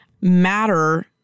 matter